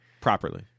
properly